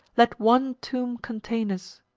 let one tomb contain us.